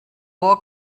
war